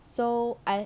so I